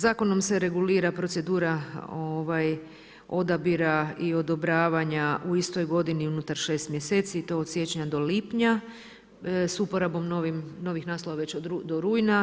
Zakonom se regulira procedura odabira i odobravanja u istoj godini unutar 6 mj. i to od siječnja od lipnja, s uporabom novih naslova već do rujna.